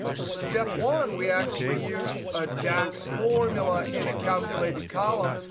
step one, we actually used a dax formula in a calculated column.